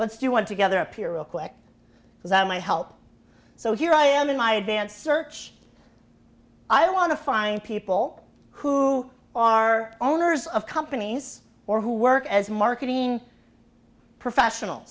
you want together appear real quick because that might help so here i am in my advanced search i want to find people who are owners of companies or who work as marketing professional